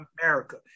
America